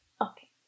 Okay